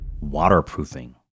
waterproofing